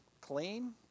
clean